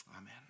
Amen